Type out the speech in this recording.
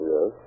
Yes